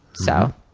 so.